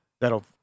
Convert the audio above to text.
that'll